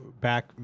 back